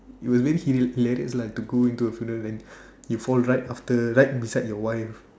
we were very humiliated like to go into the funeral you fall right after right beside your wife